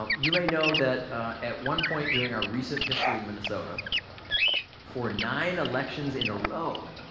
um you may know that at one point during our recent history in minnesota for nine elections in a row,